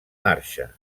marxa